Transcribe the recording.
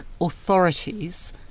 authorities